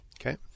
Okay